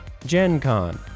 GenCon